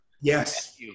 Yes